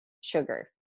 sugar